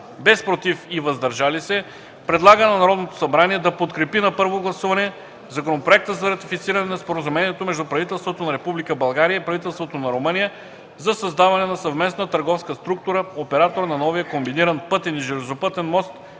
без „против” и „въздържали се” предлага на Народното събрание да подкрепи на първо гласуване Законопроект за ратифициране на Споразумението между правителството на Република България и правителството на Румъния за създаване на съвместна търговска структура – оператор на новия комбиниран (пътен и железопътен) мост